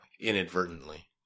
Inadvertently